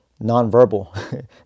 nonverbal